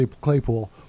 Claypool